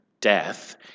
death